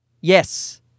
Yes